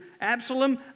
Absalom